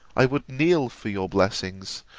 i would kneel for your blessings,